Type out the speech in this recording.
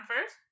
first